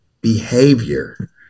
behavior